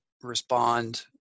respond